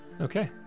Okay